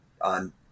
on